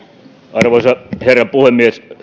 arvoisa herra puhemies